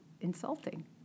insulting